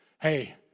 Hey